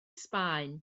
sbaen